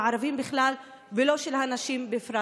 לא של הערבים בכלל ולא של הנשים בפרט.